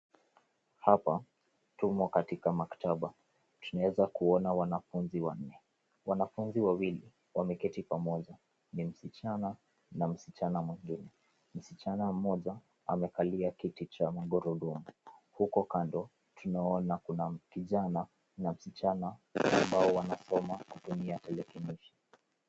Hapa tumo katika maktaba. Tunaeza kuona wanafunzi wanne. Wanafunzi wawili wameketi pamoja ni msichana na msichana mwingine. Msichana mmoja amekalia kiti cha magurudumu huku kando tunaona kuna kijana na msichana ambao wanasoma kutumia tarakilishi.